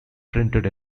printed